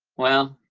well,